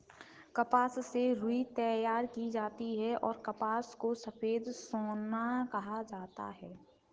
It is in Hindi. कपास से रुई तैयार की जाती हैंऔर कपास को सफेद सोना कहा जाता हैं